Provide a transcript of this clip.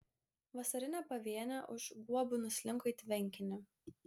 vasarinė pavėnė už guobų nuslinko į tvenkinį